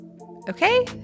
okay